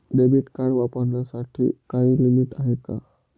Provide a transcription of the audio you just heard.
Debit card वापरण्यासाठी काही limit आहे का?